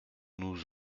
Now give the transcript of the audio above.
nous